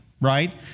right